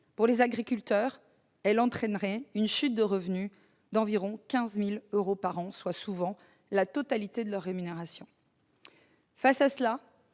Pour les agriculteurs, cette mesure entraînerait une chute de revenus d'environ 15 000 euros par an, soit, souvent, la totalité de leur rémunération. Face à cela,